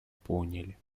поняли